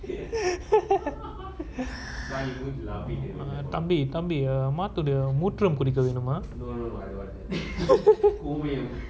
தம்பி தம்பி மாட்டோட மூத்திரம் குடிக்க வேணுமா:thambi maatota moothiram kudika venuma